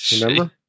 remember